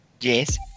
Yes